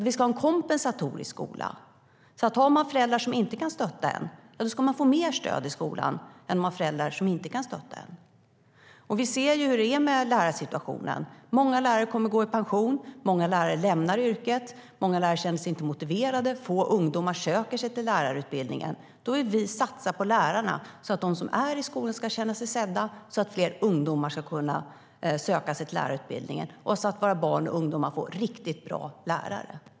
Vi ska ha en kompensatorisk skola så att den som har föräldrar som inte kan stötta en ska få mer stöd i skolan än den som har föräldrar som kan stötta en. Vi ser hur det är med lärarsituationen - många lärare kommer att gå i pension, och många lärare lämnar yrket. Många lärare känner sig inte motiverade, och få ungdomar söker sig till lärarutbildningen. Därför vill vi satsa på lärarna så att de som är i skolan ska känna sig sedda, så att fler ungdomar ska söka sig till lärarutbildningen och så att våra barn och ungdomar får riktigt bra lärare.